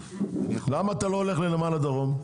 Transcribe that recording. למה אתה לא הולך לנמל הדרום?